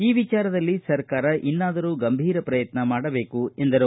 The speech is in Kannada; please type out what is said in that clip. ಈ ವಿಚಾರದಲ್ಲಿ ಸರ್ಕಾರ ಇನ್ನಾದರೂ ಗಂಭೀರ ಪ್ರಯತ್ನ ಮಾಡಬೇಕು ಎಂದರು